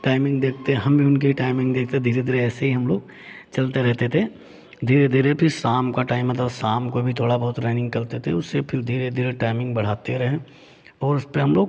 timing देखते हम भी उनके टाइमिंग देखते धीरे धीरे ऐसे ही हम लोग चलते रहते थे धीरे धीरे फिर शाम का टाइम मतलब शाम को भी थोड़ा बहुत रनिंग करते थे उससे फिर धीरे धीरे टाइमिंग बढ़ाते रहे और उस पे हम लोग